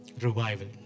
revival